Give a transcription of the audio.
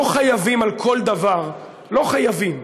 לא חייבים על כל דבר, לא חייבים,